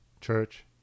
Church